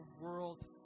world